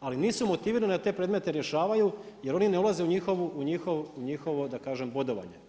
ali nisu motivirani da te predmete rješavaju jer oni ne ulaze u njihovo da kažem bodovanje.